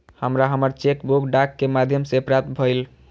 हमरा हमर cheque book डाक के माध्यम से प्राप्त भईल